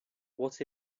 what